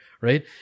right